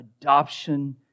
adoption